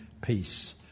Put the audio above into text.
peace